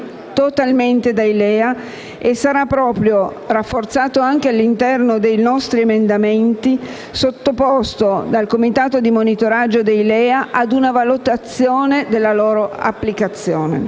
È soprattutto la cadenza triennale cui è sottoposto il secondo blocco di vaccini che lascia aperta l'opportunità